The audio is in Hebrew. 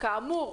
כאמור,